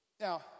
Now